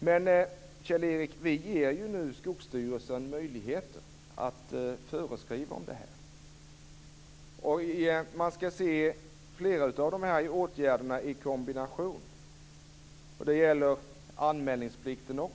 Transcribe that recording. Men, Kjell-Erik, vi ger ju nu Skogsstyrelsen möjligheter att göra föreskrifter om det här. Man skall se flera av dessa åtgärder i kombination, och det gäller också anmälningsplikten.